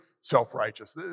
self-righteous